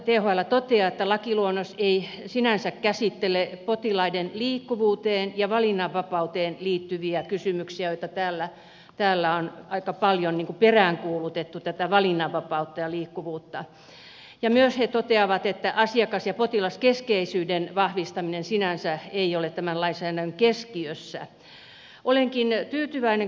thl toteaa että lakiluonnos ei sinänsä käsittele potilaiden liikkuvuuteen ja valinnanvapauteen liittyviä kysymyksiä joita täällä on aika paljon peräänkuulutettu tätä valinnanvapautta ja liikkuvuutta ja myös he toteavat että asiakas ja potilaskeskeisyyden vahvistaminen sinänsä ei ole tämän lainsäädännön keskiössä